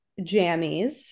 jammies